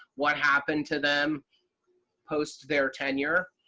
what happened to them post their tenure?